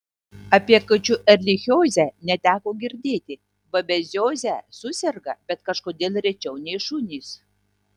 apie kačių erlichiozę neteko girdėti babezioze suserga bet kažkodėl rečiau nei šunys